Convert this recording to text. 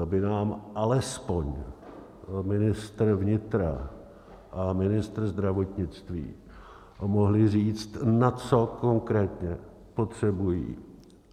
Zda by nám alespoň ministr vnitra a ministr zdravotnictví mohli říct, na co konkrétně potřebují